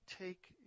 take